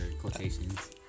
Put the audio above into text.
quotations